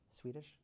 Swedish